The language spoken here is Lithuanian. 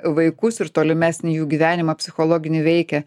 vaikus ir tolimesnį jų gyvenimą psichologinį veikia